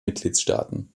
mitgliedstaaten